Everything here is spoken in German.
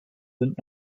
sind